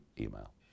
email